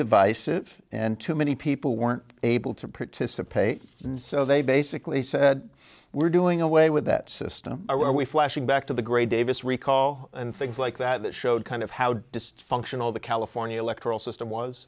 divisive and too many people weren't able to participate and so they basically said we're doing away with that system are we flashing back to the gray davis recall and things like that that showed kind of how dysfunctional the california electoral system was